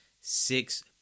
Six